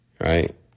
right